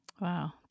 Wow